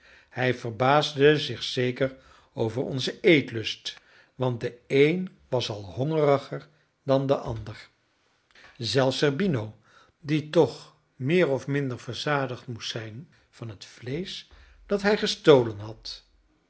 hij verbaasde zich zeker over onzen eetlust want de een was al hongeriger dan de ander zelfs zerbino die toch meer of minder verzadigd moest zijn van het vleesch dat hij gestolen had